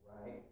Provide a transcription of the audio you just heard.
Right